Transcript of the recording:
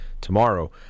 tomorrow